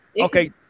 Okay